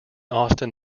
austin